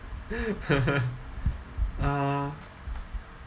uh